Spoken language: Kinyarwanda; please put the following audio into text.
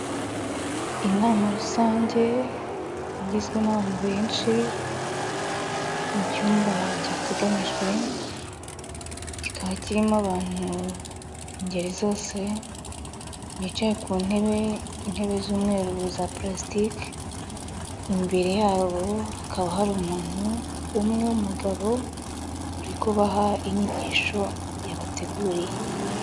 Inama rusange igizwe n'abantu benshi, mu cyumba cyateganyijwe, kikaba kirimo abantu ingeri zose, bicaye ku ntebe, intebe z'umweru za pulasitike, imbere yabo hakaba hari umuntu umwe w'umugabo, urikubaha inyigisho yabateguriye.